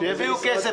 שיביאו כסף.